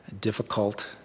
difficult